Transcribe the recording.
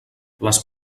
les